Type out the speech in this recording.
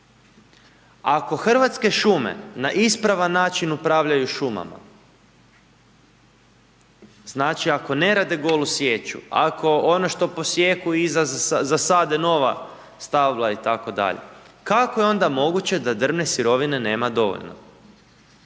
Ako Hrvatske šume na ispravan način upravljaju šumama znači, ako ne rade golu sječu, ako ono što posijeku i zasade nova stabla itd. kako je onda moguće da drvne sirovine nema dovoljno?